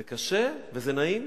זה קשה וזה נעים.